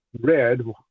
red